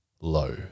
low